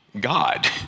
God